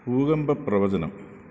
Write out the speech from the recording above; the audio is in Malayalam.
ഭൂകമ്പ പ്രവചനം